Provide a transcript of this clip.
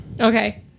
Okay